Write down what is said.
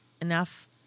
enough